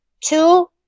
two